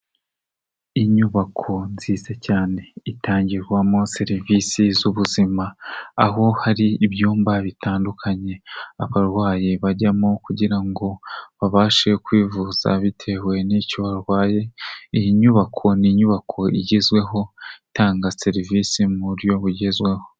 Inyubako nziza cyane itangirwamo serivisi z'ubuzima, aho hari ibyumba bitandukanye abarwayi bajyamo kugira ngo, babashe kwivuza bitewe n'icyo barwaye, iyi nyubako ni inyubako igezweho itanga serivisi mu buryo bugezweho.